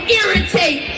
irritate